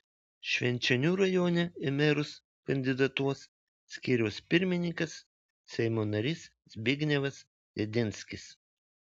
švenčionių rajone į merus kandidatuos skyriaus pirmininkas seimo narys zbignevas jedinskis